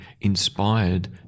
inspired